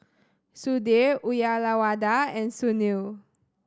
Sudhir Uyyalawada and Sunil